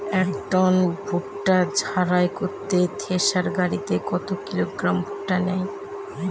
এক টন ভুট্টা ঝাড়াই করতে থেসার গাড়ী কত কিলোগ্রাম ভুট্টা নেয়?